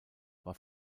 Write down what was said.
war